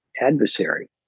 adversary